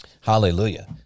Hallelujah